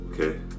Okay